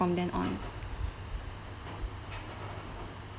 from then on